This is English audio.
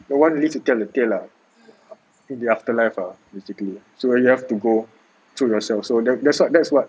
no one really to tell the tale lah in the afterlife lah basically so you have to go through yourself so that's what that's what